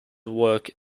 work